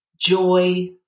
joy